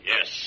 Yes